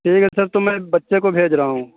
ٹھیک ہے سر تو میں بچے کو بھیج رہا ہوں